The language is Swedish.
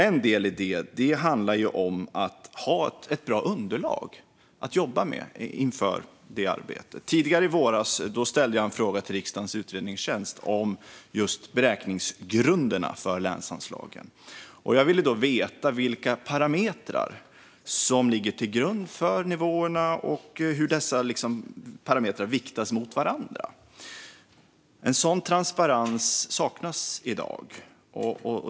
En del i det handlar om att ha ett bra underlag att jobba med. Tidigare i våras ställde jag en fråga till riksdagens utredningstjänst om just beräkningsgrunderna för anslagen till regionerna. Jag ville veta vilka parametrar som ligger till grund för nivåerna och hur de viktas mot varandra. Sådan transparens saknas i dag.